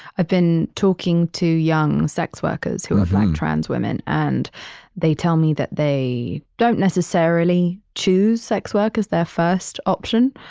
i've been talking to young sex workers, who are black trans women, and they tell me that they don't necessarily choose sex work as their first option.